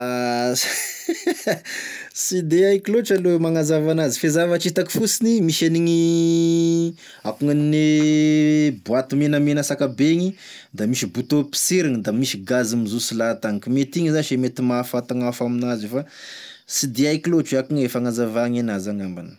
Ah ts- sy de haiko lôtry aloha e magnazava anazy fa e zavatry hitako fosiny misy an'igny akôgn'ane boaty menamena tsakabe igny da misy botô poserigny da misy gazy mijotso lahatagny ka mety igny zase e mety mahafaty gn'afo aminazy fa tsy de haiko lôtry akô gn'aia e fagnazavagny anazy angambany.